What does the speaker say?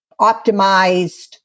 optimized